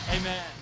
Amen